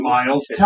Miles